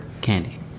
candy